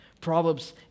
Proverbs